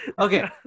Okay